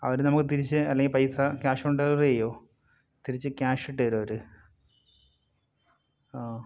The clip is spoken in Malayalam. അവര് നമുക്ക് തിരിച്ച് അല്ലെങ്കിൽ പൈസ ക്യാഷ് ഓൺ ഡെലിവറി ചെയ്യുമോ തിരിച്ച് ക്യാഷ് ഇട്ട് തരുമോ അവര് ആ